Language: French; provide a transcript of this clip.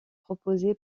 proposée